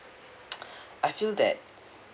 I feel that